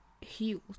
heels